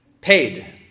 paid